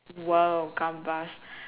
!whoa! gambas